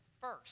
first